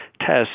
tests